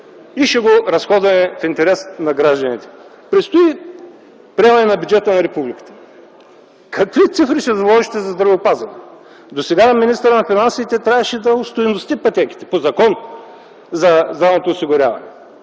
и ще го разходваме в интерес на гражданите. Предстои приемане на бюджета на републиката. Какви цифри ще заложите за здравеопазване? Досега министърът на финансите трябваше да остойности пътеките по Закона за здравното осигуряване.